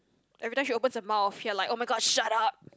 every time she opens her mouth we're like [oh]-my-god shut up